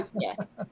yes